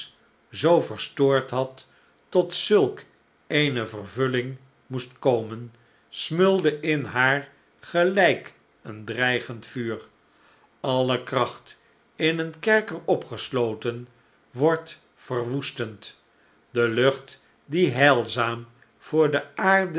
zoo verstoord had tot zulk eene vervulling moest komen smeulde in haar gelijk een dreigend vuur alle kracht in een kerker opgesloten wordt verwoestend de lucht die heilzaam voor de aarde